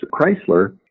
Chrysler